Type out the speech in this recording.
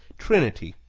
trinity,